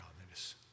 godliness